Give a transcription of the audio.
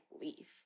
leave